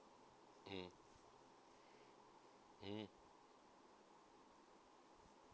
mmhmm mmhmm